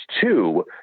two